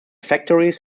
factories